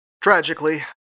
Tragically